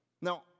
Now